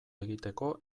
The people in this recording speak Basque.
egiteko